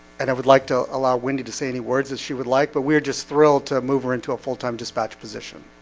and i would like to allow wendy to say any words as she would like but we're just thrilled to move her into a full-time dispatch position